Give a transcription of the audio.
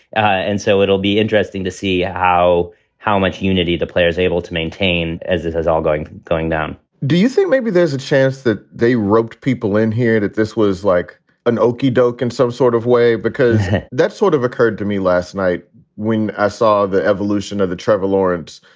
and so it'll be interesting to see how how much unity the player is able to maintain as it is all going going down do you think maybe there's a chance that they roped people in here, that this was like an okie doke and some so sort of way? because that sort of occurred to me last night when i saw the evolution of the trevor lawrence,